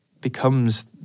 becomes